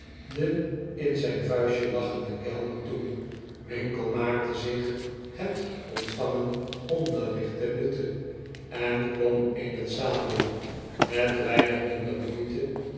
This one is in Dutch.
den in zijn vuistje lachenden kellner toe winkle maakte zich het ontvangen onderricht ten nutte en klom in den zadel met weinig minder moeite